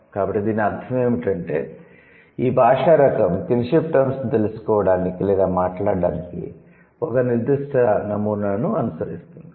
కాబట్టి దీని అర్థం ఏమిటంటే ఈ భాషా రకం 'కిన్షిప్ టర్మ్స్' ను తెలుసుకోవడానికి లేదా మాట్లాడటానికి ఒక నిర్దిష్ట నమూనాను అనుసరిస్తుంది